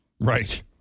Right